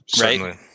Right